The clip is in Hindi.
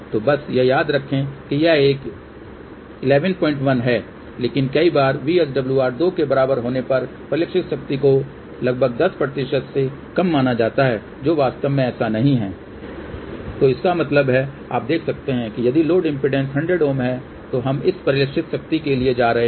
तो बस यह याद रखें कि यह 111 है लेकिन कई बार VSWR 2 के बराबर होने पर परिलक्षित शक्ति को लगभग 10 से कम माना जाता है जो वास्तव में ऐसा नहीं है तो इसका मतलब है आप देख सकते हैं कि यदि लोड इम्पीडेन्स 100 Ω है तो हम इस परिलक्षित शक्ति के लिए जा रहे हैं